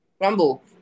Rumble